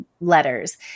letters